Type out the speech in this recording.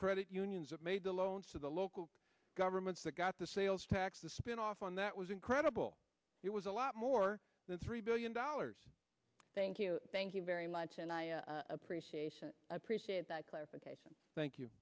credit unions that made the loans to the local governments that got the sales tax the spin off on that was incredible it was a lot more than three billion dollars thank you thank you very much and i appreciation appreciate that clarification thank you